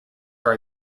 are